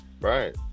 Right